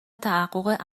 تحقق